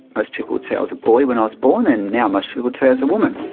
most people would say i was a boy when i was born and now most people would say i was a woman.